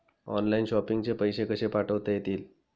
Online shopping चे पैसे कसे पाठवता येतील?